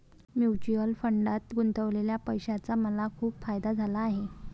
mutual फंडात गुंतवलेल्या पैशाचा मला खूप फायदा झाला आहे